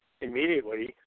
immediately